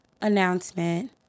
announcement